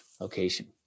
location